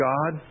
God